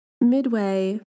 midway